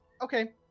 Okay